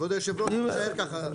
כבוד היושב ראש, שיישאר ככה.